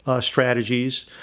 strategies